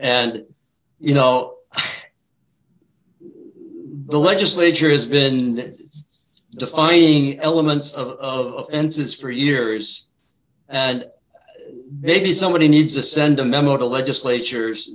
and you know the legislature has been defying elements of answers for years and maybe somebody needs to send a memo to legislatures